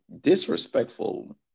Disrespectful